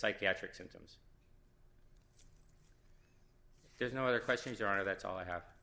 psychiatric symptoms there's no other questions are that's all i have